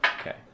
Okay